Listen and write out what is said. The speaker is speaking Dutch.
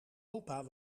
opa